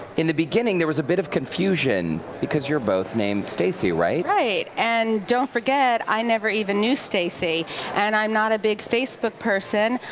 in the beginning, there was a bit of confusion because you're both named stacy. right? right, and don't forget, i never even knew stacy and i'm not a big facebook person,